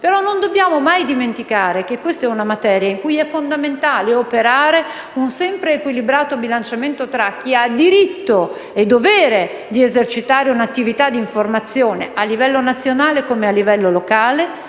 Non dobbiamo però dimenticare che questa è una materia in cui è fondamentale operare un sempre equilibrato bilanciamento tra chi ha diritto e dovere di esercitare un'attività di informazione, a livello nazionale e locale,